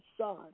Son